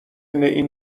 این